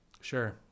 Sure